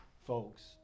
folks